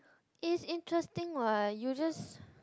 it's interesting what you just